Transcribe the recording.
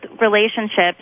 relationships